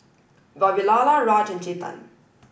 Vavilala Raj and Chetan